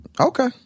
okay